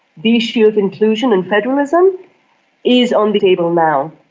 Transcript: the issue of inclusion and federalism is on the table now,